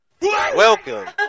Welcome